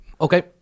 Okay